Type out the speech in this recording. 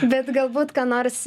bet galbūt ką nors